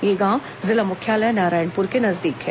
यह गांव जिला मुख्यालय नारायणपुर के नजदीक है